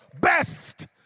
best